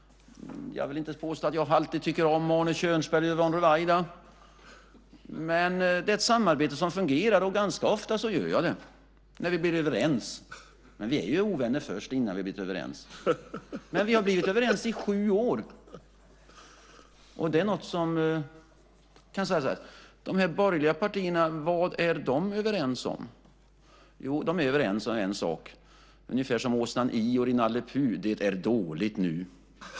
Jag vill inte påstå att jag alltid tycker om Arne Kjörnsberg och Yvonne Ruwaida, utan det är ett samarbete som fungerar, men ganska ofta gör jag det. Det är när vi blir överens. Men vi är ovänner först innan vi blivit överens. Vi har blivit överens i sju år, och det är något. De borgerliga partierna, vad är de överens om? Jo, det är överens om en sak, ungefär som åsnan Ior i Nalle Puh: Det är dåligt nu.